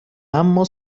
اما